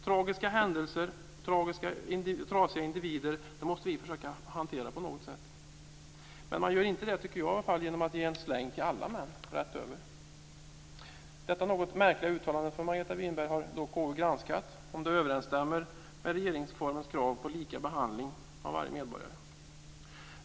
Vi måste försöka hantera tragiska händelser och trasiga individer. Men man gör det inte genom att ge alla män en släng av sleven. Detta märkliga uttalande av Margareta Winberg har granskats av KU, dvs. om det överensstämmer med regeringsformens krav på lika behandling av varje medborgare.